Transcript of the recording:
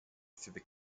through